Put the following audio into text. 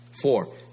Four